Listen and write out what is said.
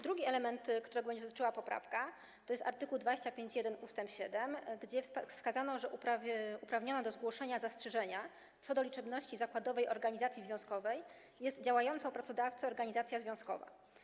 Drugi element, którego będzie dotyczyła poprawką, to jest art. 25 ust. 7, gdzie wskazano, że uprawniona do zgłoszenia zastrzeżenia co do liczebności zakładowej organizacji związkowej jest działająca u pracodawcy organizacja związkowa.